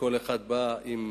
וכל אחד בא עם